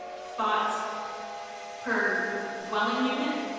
spots per dwelling unit,